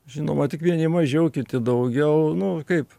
žinoma tik vieni mažiau kiti daugiau nu kaip